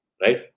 right